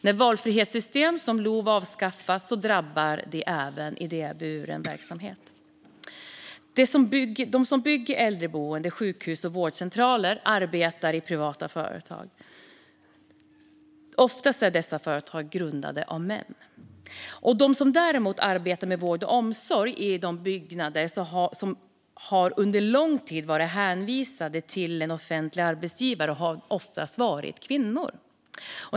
När valfrihetssystem som LOV avskaffas drabbar det även idéburen verksamhet. De som bygger äldreboenden, sjukhus och vårdcentraler arbetar i privata företag, som oftast är grundade av män. De som däremot arbetar med vård och omsorg i dessa byggnader har under lång tid varit hänvisade till en offentlig arbetsgivare och har oftast varit kvinnor.